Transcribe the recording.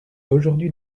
aujourd’hui